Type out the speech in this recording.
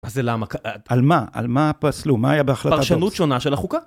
מה זה למה? על מה? על מה פסלו? מה היה בהחלטה טוב? פרשנות שונה של החוקה.